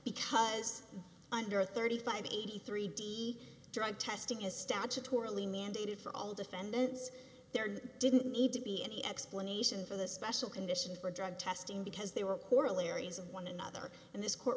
because under thirty five eighty three d drug testing is statutorily mandated for all defendants there didn't need to be any explanation for the special conditions for drug testing because they were corollaries of one another and this court